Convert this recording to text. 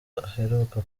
aheruka